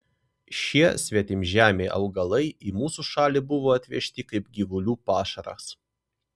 šie svetimžemiai augalai į mūsų šalį buvo atvežti kaip gyvulių pašaras